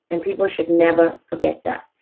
and people should never forget that,